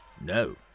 no